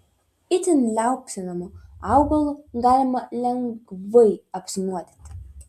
itin liaupsinamu augalu galima lengvai apsinuodyti